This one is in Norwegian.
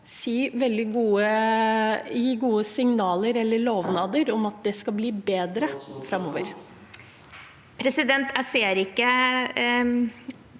gi gode signaler, eller lovnader, om at det skal bli bedre i tiden